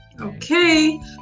okay